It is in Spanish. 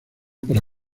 para